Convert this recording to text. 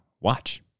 watch